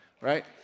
right